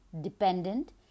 dependent